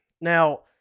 now